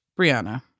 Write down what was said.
Brianna